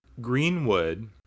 Greenwood